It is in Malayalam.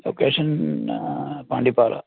ലൊക്കേഷൻ പിന്നെ പാണ്ടിപ്പാറ